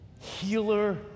healer